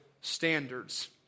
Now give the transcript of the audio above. standards